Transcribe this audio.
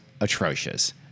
atrocious